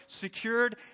secured